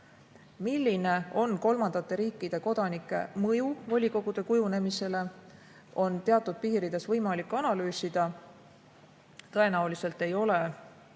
milline on kolmandate riikide kodanike mõju volikogude kujunemisele, on teatud piirides võimalik analüüsida. Tõenäoliselt ei ole